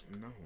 No